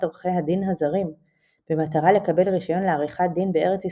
עורכי הדין הזרים במטרה לקבל רישיון לעריכת דין בארץ ישראל,